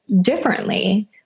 differently